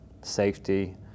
safety